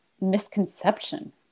misconception